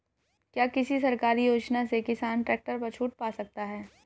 क्या किसी सरकारी योजना से किसान ट्रैक्टर पर छूट पा सकता है?